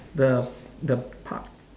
the the park